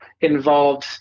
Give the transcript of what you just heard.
involved